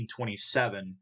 1927